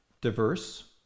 diverse